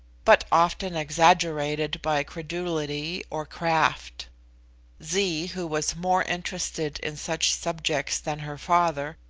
but often exaggerated by credulity or craft zee, who was more interested in such subjects than her father,